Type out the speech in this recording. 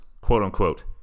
quote-unquote